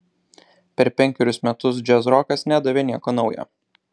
per penkerius metus džiazrokas nedavė nieko nauja